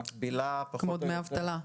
כמו דמי אבטלה.